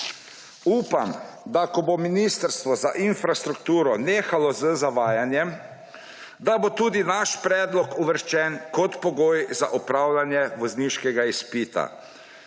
Upam, da ko bo Ministrstvo za infrastrukturo nehalo z zavajanjem, da bo tudi naš predlog uvrščen kot pogoj za opravljanje vozniškega izpita